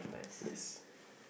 yes